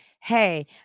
hey